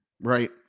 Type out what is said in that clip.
right